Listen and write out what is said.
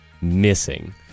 missing